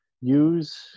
use